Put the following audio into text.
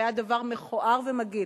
זה היה דבר מכוער ומגעיל,